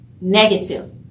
negative